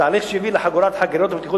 התהליך שהביא לחיוב חגירת חגורות בטיחות